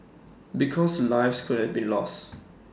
because lives could have been lost